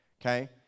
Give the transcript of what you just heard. okay